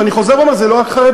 ואני חוזר ואומר: זה לא רק חרדים,